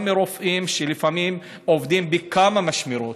גם מרופאים שלפעמים עובדים בכמה משמרות,